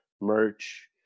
merch